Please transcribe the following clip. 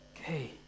Okay